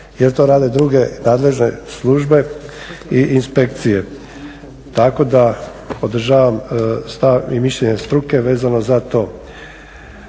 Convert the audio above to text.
jer to rade druge nadležne službe i inspekcije. Tako da podržavam stav i mišljenje struke vezano za to.